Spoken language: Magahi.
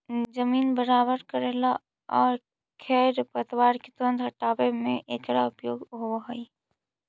जमीन बराबर कऽरेला आउ खेर पतवार के तुरंत हँटावे में एकरा उपयोग होवऽ हई